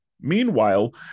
Meanwhile